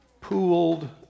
pooled